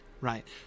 right